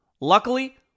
Luckily